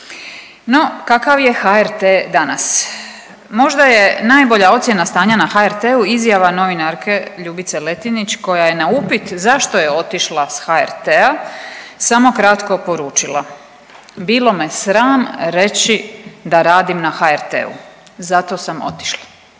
No, kakav je HRT danas? Možda je najbolja ocjena stanja na HRT-u izjava novinarke Ljubice Letinić koja je na upit zašto je otišla s HRT-a samo kratko poručila, bilo me sram reći da radim na HRT-u zato sam otišla.